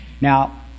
Now